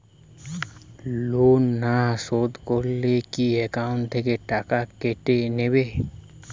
Loan না শোধ করলে কি একাউন্ট থেকে টাকা কেটে নেবে?